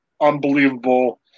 unbelievable